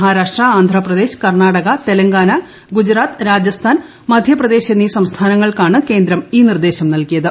മഹാരാഷ്ട്ര ആന്ധ്ര പ്രദേശ് കർണാടക തെലങ്കാന ഗുജറാത്ത് രാജസ്ഥാൻ മധ്യ പ്രദേശ് എന്നീ സംസ്ഥാനങ്ങൾക്കാണ് കേന്ദ്രം ഈ നിർദേശം നൽകിയത്